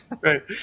Right